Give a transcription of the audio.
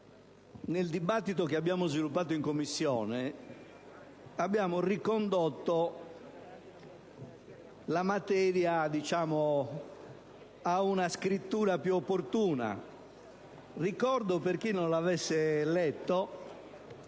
nel dibattito sviluppato in Commissione, abbiamo ricondotto la materia a una scrittura più opportuna. Ricordo, per chi non lo avesse letto,